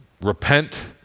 repent